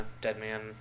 Deadman